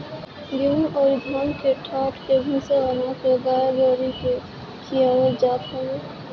गेंहू अउरी धान के डाठ से भूसा बना के गाई गोरु के खियावल जात हवे